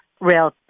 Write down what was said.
rail